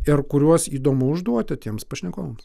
ir kuriuos įdomu užduoti tiems pašnekovams